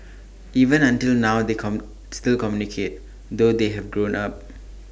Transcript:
even until now they still communicate though they have grown up